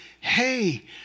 hey